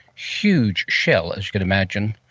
huge shell, as you can imagine,